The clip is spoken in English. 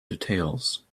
details